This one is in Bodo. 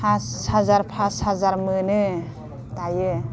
फास हाजार फास हाजार मोनो दायो